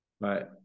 Right